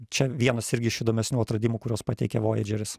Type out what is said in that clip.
čia vienas irgi iš įdomesnių atradimų kuriuos pateikė vojadžeris